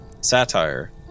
satire